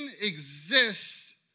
exists